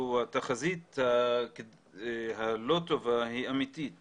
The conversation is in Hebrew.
והתחזית הלא טובה היא אמיתית